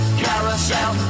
Carousel